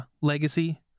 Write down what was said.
Legacy